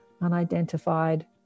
unidentified